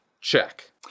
check